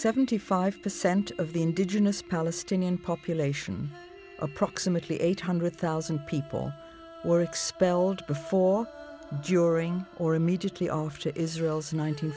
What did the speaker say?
seventy five percent of the indigenous palestinian population approximately eight hundred thousand people were expelled before during or immediately over israel's nine